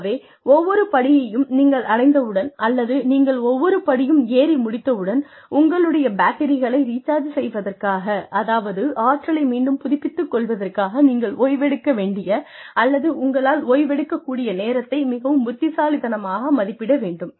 ஆகவே ஒவ்வொரு படியையும் நீங்கள் அடைந்தவுடன் அல்லது நீங்கள் ஒவ்வொரு படியும் ஏறி முடித்தவுடன் உங்களுடைய பேட்டரிகளை ரீச்சார்ஜ் செய்வதற்காக அதாவது ஆற்றலை மீண்டும் புதுப்பித்துக் கொள்வதற்காக நீங்கள் ஓய்வெடுக்க வேண்டிய அல்லது உங்களால் ஓய்வெடுக்கக் கூடிய நேரத்தை மிகவும் புத்திசாலித்தனமாக மதிப்பிட வேண்டும்